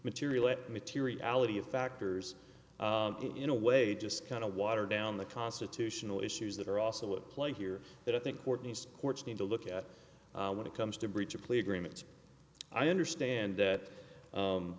material at materiality of factors in a way just kind of watered down the constitutional issues that are also played here that i think court needs courts need to look at when it comes to breach of plea agreement i understand that